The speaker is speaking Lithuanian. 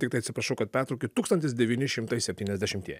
tiktai atsiprašau kad pertraukiu tūkstantis devyni šimtai septyniasdešimtieji